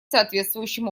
соответствующим